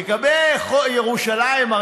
לגבי ירושלים,